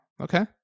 Okay